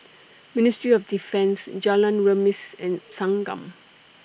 Ministry of Defence Jalan Remis and Thanggam